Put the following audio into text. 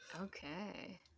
okay